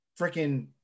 freaking